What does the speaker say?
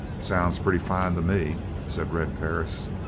sounds pretty fine to me, said red perris.